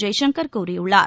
ஜெய்சங்கர் கூறியுள்ளார்